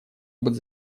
быть